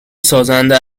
سازنده